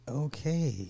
okay